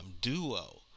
Duo